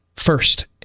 First